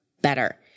better